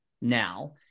now